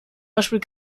beispiel